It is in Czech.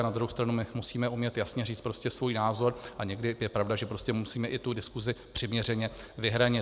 Na druhou stranu my musíme umět jasně říct prostě svůj názor, a někdy je pravda, že prostě musíme i tu diskusi přiměřeně vyhranit.